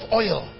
oil